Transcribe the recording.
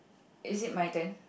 is it my turn